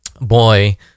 boy